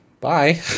Bye